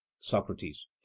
Socrates